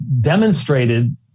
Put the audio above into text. demonstrated